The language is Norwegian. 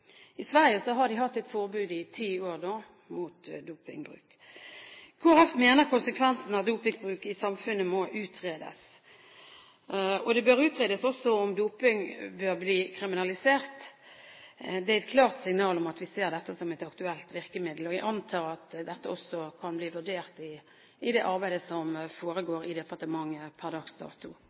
I Sverige har de hatt et forbud mot dopingbruk i ti år nå. Kristelig Folkeparti mener konsekvensene av dopingbruk i samfunnet må utredes, og det bør også utredes om doping bør bli kriminalisert. Det er et klart signal om at vi ser dette som et aktuelt virkemiddel, og jeg antar at dette også kan bli vurdert i det arbeidet som foregår i departementet per